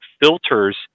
filters